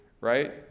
right